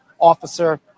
officer